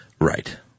Right